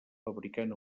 fabricant